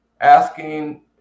asking